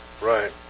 right